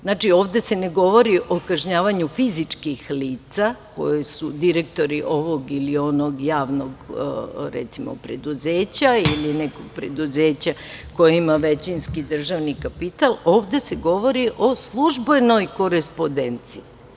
Znači, ovde se ne govori o kažnjavanju fizičkih lica koja su direktori ovog ili onog javnog preduzeća ili nekog preduzeća koje ima većinski državni kapital, ovde se govori o službenoj korespodenciji.